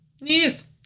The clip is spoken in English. Yes